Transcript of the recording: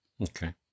Okay